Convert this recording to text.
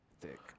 thick